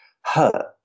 hurt